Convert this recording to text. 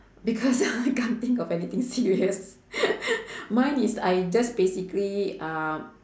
because I can't think of anything serious mine is I just basically uh